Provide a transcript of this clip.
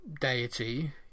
deity